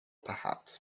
perhaps